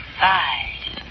five